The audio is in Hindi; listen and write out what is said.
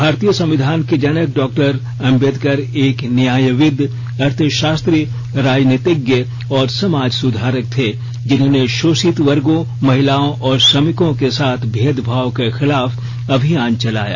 भारतीय संविधान के जनक डॉ अम्बेडकर एक न्यायविद अर्थशास्त्री राजनीतिज्ञ और समाज सुधारक थे जिन्होंने शोषित वर्गों महिलाओं और श्रमिकों के साथ भेदभाव के खिलाफ अभियान चलाया